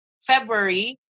February